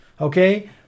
okay